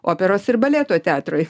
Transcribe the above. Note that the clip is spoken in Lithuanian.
operos ir baleto teatrui